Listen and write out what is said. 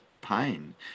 pain